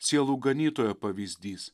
sielų ganytojo pavyzdys